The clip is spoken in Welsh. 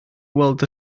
weld